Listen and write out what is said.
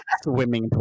swimming